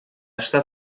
está